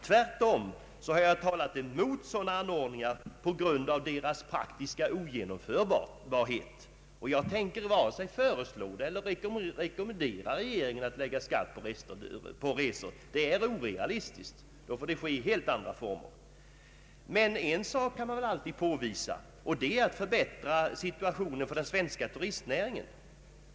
Tvärtom har jag talat emot sådana anordningar på grund av deras praktiska ogenomförbarhet. Jag tänker inte Allmänpolitisk debatt föreslå regeringen att lägga skatt på resor. Det är orealistiskt. I så fall får det ske under helt andra former. Men vad som kan göras är att förbättra situationen för den svenska turistnäringen.